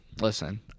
listen